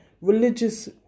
religious